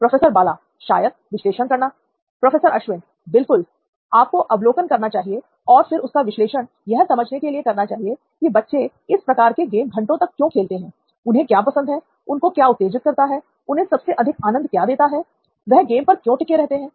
professor Bala शायद विश्लेषण करना प्रोफेसर अश्विन बिल्कुल आपको अवलोकन करना चाहिए और फिर उसका विश्लेषण यह समझने के लिए करना चाहिए कि बच्चे इस प्रकार के गेम घंटो तक क्यों खेलते हैं उन्हें क्या पसंद आता है उनको क्या उत्तेजित करता है उन्हें सबसे अधिक आनंद क्या देता है वह गेम पर क्यों टिके रहते हैं